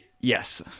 Yes